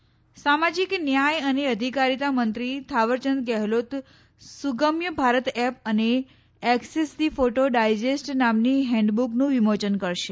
Gehlot app સામાજીક ન્યાય અને આધિકારીતા મંત્રી થાવરચંદ ગેહલોત સુગમ્ય ભારત એપ અને એકસેસ ધી ફોટો ડાયજેસ્ટ નામની હેન્ડબુકનું વિમોચન કરશે